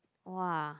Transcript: !wah!